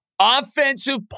Offensive